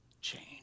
change